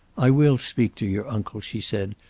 i will speak to your uncle, she said.